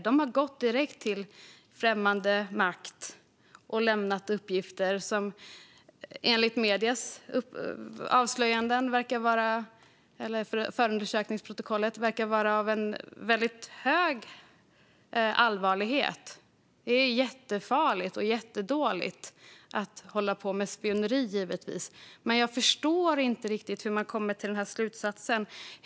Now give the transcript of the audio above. De har gått direkt till främmande makt och lämnat uppgifter som av mediernas avslöjanden och förundersökningsprotokollet att döma är av väldigt hög allvarlighet. Det är givetvis jättefarligt och jättedåligt att hålla på med spioneri, men jag förstår inte riktigt hur man kommit till den slutsatsen.